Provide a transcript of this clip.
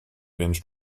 binge